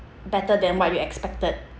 better than what you expected